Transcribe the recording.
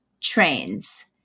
trains